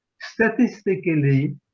statistically